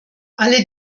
alle